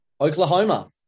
Oklahoma